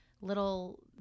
little